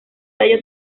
tallo